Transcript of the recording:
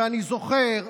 ואני זוכר,